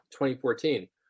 2014